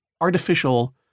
artificial